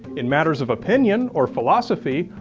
in matters of opinion or philosophy,